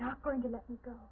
not going to go